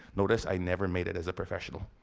notice, i never made it as a professional.